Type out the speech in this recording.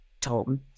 Tom